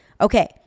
Okay